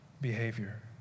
behavior